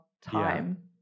time